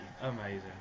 Amazing